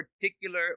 particular